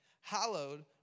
hallowed